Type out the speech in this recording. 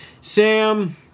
Sam